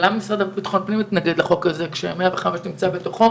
אבל למה המשרד לביטחון פנים מתנגד לחוק הזה כאשר הוא נמצא בתוך 105?